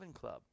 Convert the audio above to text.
Club